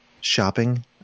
shopping